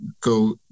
go